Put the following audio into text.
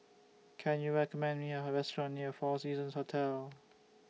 Can YOU recommend Me A Restaurant near four Seasons Hotel